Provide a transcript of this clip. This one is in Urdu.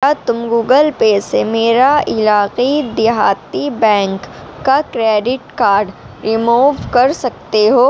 کیا تم گوگل پے سے میرا علاقی دیہاتی بینک کا کریڈٹ کارڈ رموو کر سکتے ہو